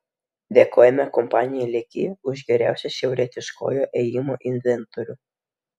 dėkojame kompanijai leki už geriausią šiaurietiškojo ėjimo inventorių